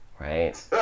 Right